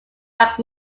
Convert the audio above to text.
back